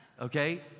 okay